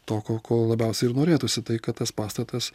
to ko ko labiausiai ir norėtųsi tai kad tas pastatas